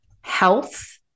health